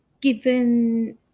given